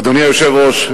אדוני היושב-ראש,